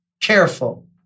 careful